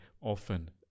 often